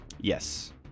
Yes